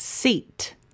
Seat